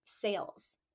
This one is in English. sales